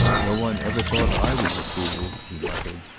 no one ever thought i was a fool, he muttered.